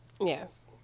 Yes